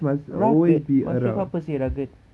rugged macam apa seh rugged